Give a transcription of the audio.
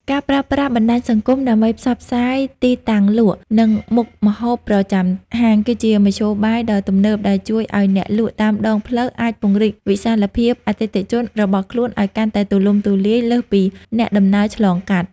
ការប្រើប្រាស់បណ្ដាញសង្គមដើម្បីផ្សព្វផ្សាយទីតាំងលក់ និងមុខម្ហូបប្រចាំហាង គឺជាមធ្យោបាយដ៏ទំនើបដែលជួយឱ្យអ្នកលក់តាមដងផ្លូវអាចពង្រីកវិសាលភាពអតិថិជនរបស់ខ្លួនឱ្យកាន់តែទូលំទូលាយលើសពីអ្នកដំណើរឆ្លងកាត់។